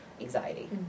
anxiety